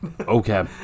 Okay